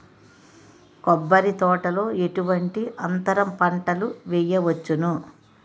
కొబ్బరి తోటలో ఎటువంటి అంతర పంటలు వేయవచ్చును?